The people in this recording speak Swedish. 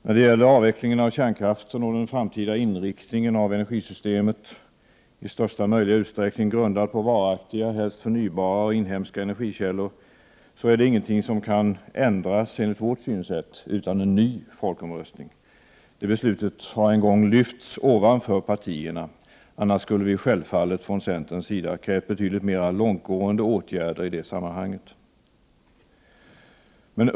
När det gäller avvecklingen av kärnkraften och den framtida inriktningen av energisystemet, i största möjliga utsträckning grundat på varaktiga helst förnybara inhemska energikällor, kan ingenting ändras enligt vårt synsätt utan en ny folkomröstning. Det beslutet har en gång lyfts ovanför partierna. Annars skulle vi självfallet från centerns sida ha krävt betydligt mera långtgående åtgärder i det sammanhanget.